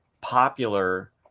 popular